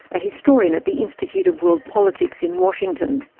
a historian at the institute of world politics in washington.